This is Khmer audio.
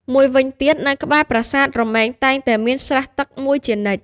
មួយវិញទៀត នៅក្បែរប្រាសាទរមែងតែងមានស្រះទឹកមួយជានិច្ច។